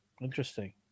Interesting